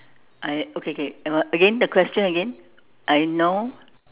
I okay okay uh again the question again I know